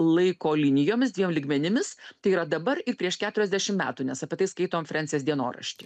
laiko linijomis dviem lygmenimis tai yra dabar ir prieš keturiasdešim metų nes apie tai skaitom frencės dienorašty